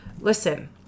listen